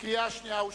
קריאה שנייה ושלישית.